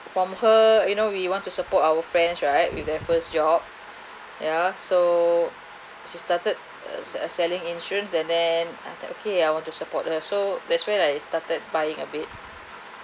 from her you know we want to support our friends right with their first job ya so she started se~ selling insurance and then uh the okay I want to support her so that when I started buying a bit